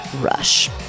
rush